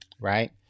Right